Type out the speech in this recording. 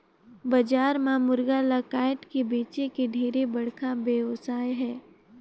बजार म मुरगा ल कायट के बेंचे के ढेरे बड़खा बेवसाय हे